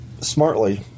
smartly